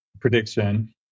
prediction